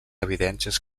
evidències